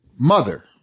Mother